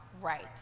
right